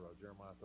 jeremiah